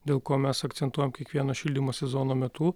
dėl ko mes akcentuojam kiekvieno šildymo sezono metu